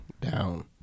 down